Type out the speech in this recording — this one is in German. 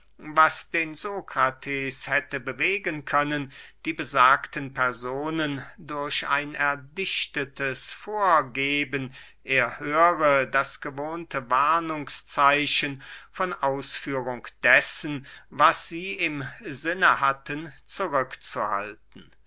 was den sokrates hätte bewegen können die besagten personen durch ein erdichtetes vorgeben er höre das gewohnte warnungszeichen von ausführung dessen was sie im sinne hatten